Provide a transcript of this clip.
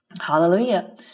Hallelujah